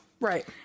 Right